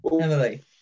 Emily